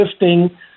lifting